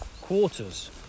quarters